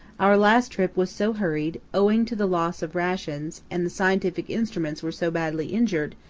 our last trip was so hurried, owing to the loss of rations and the scientific instruments were so badly injured,